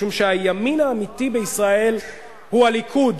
משום שהימין האמיתי בישראל הוא הליכוד,